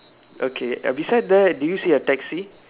okay err beside that do you see a taxi